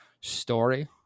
story